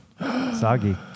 Soggy